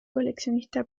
coleccionista